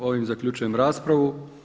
Ovim zaključujem raspravu.